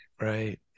Right